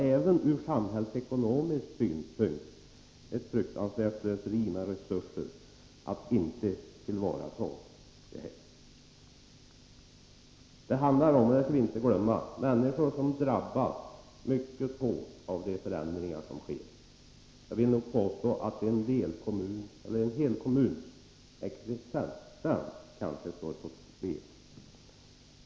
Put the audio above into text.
Även ur samhällsekonomisk synvinkel skulle det vara ett fruktansvärt slöseri med resurser att inte tillvarata allt detta. Vi får inte glömma att människor drabbas mycket hårt av de förändringar som sker. Jag vill påstå att en hel kommuns existens här kan stå på spel.